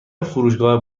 فروشگاه